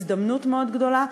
הזדמנות מאוד גדולה,